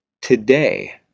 today